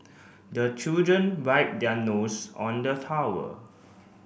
the children wipe their nose on the towel